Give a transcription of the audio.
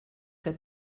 que